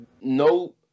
No